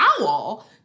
owl